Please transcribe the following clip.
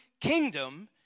kingdom